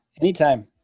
Anytime